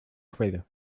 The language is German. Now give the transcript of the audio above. quelle